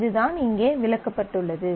இதுதான் இங்கே விளக்கப்பட்டுள்ளது